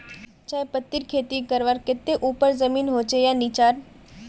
चाय पत्तीर खेती करवार केते ऊपर जमीन होचे या निचान?